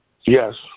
Yes